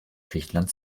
griechenland